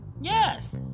Yes